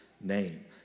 name